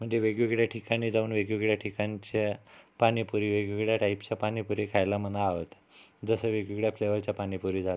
म्हणजे वेगवेगळ्या ठिकाणी जाऊन वेगवेगळ्या ठिकाणच्या पाणीपुरी वेगवेगळ्या टाईपच्या पाणीपुरी खायला मला आवडते जसं वेगवेगळ्या फ्लेवरच्या पाणीपुरी झालं